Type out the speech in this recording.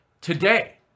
Today